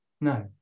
No